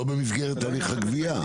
לא במסגרת הליך הגבייה.